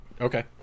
Okay